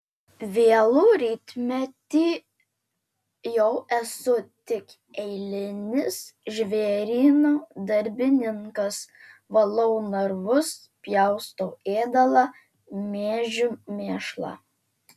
vėlų rytmetį jau esu tik eilinis žvėryno darbininkas valau narvus pjaustau ėdalą mėžiu mėšlą